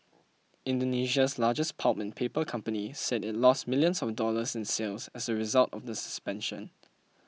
Indonesia's largest pulp and paper company said it lost millions of dollars in sales as a result of the suspension